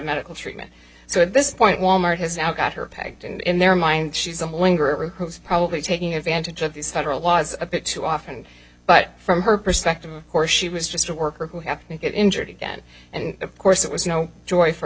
medical treatment so at this point wal mart has now got her packed and in their mind she's someone garou who is probably taking advantage of these federal laws a bit too often but from her perspective of course she was just a worker who have to get injured again and of course it was no joy for